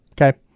Okay